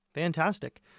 Fantastic